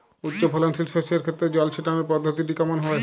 উচ্চফলনশীল শস্যের ক্ষেত্রে জল ছেটানোর পদ্ধতিটি কমন হবে?